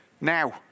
now